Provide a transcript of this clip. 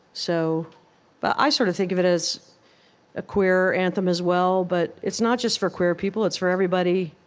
so but i sort of think of it as a queer anthem as well. but it's not just for queer people. it's for everybody,